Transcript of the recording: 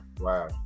wow